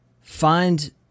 find